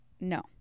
No